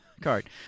card